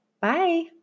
Bye